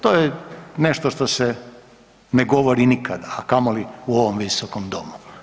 To je nešto što se ne govori nikada, a kamoli u ovom visokom domu.